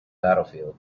battlefield